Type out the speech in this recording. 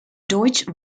deutsche